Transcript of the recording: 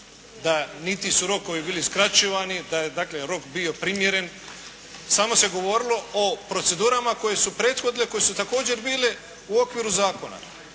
da niti su rokovi bili skraćivani, dakle da je rok bio primjeren. Samo se govorilo o procedurama koje su prethodne, koje su također bile u okviru zakona.